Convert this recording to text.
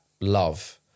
love